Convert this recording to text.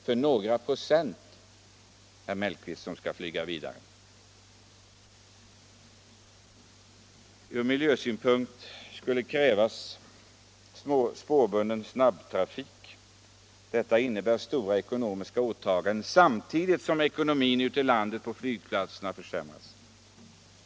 Det är någon procent, herr Mellqvist, som skall flyga vidare. Ur miljösynpunkt skulle krävas spårbunden snabbtrafik. Detta innebär stora ekonomiska åtaganden, samtidigt som ekonomin ute i landet på flygplatserna försämras.